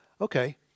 Okay